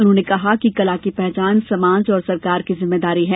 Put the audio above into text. उन्होने कहा कि कला की पहचान समाज और सरकार की जिम्मेदारी है